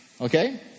Okay